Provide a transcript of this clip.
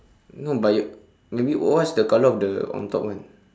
no but you maybe what's the color of the on top one